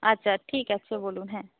আচ্ছা ঠিক আছে বলুন হ্যাঁ